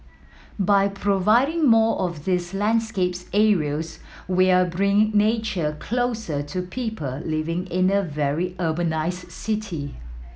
by providing more of these landscapes areas we're bringing nature closer to people living in a very urbanised city